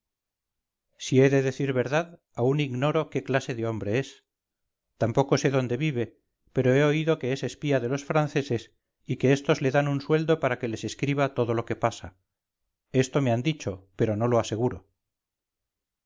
si he de decir verdad aún ignoro qué clase de hombre es tampoco sé dónde vive pero he oído que es espía de los franceses y que estos le dan un sueldo para que les escriba todo lo que pasa esto me han dicho pero no lo aseguro